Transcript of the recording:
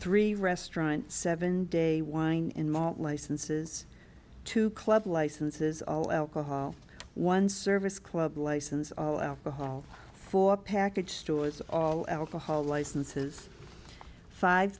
three restaurant seven day wine in malt licenses to club licenses all alcohol one service club license all alcohol for package stores all alcohol licenses five